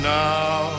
now